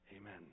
Amen